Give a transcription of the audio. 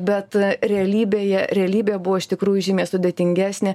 bet realybėje realybė buvo iš tikrųjų žymiai sudėtingesnė